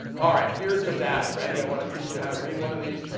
all right, here's the data. ready? i want to teach you how to read one of these.